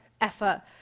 effort